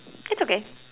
it's okay